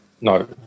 No